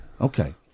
Okay